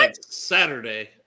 Saturday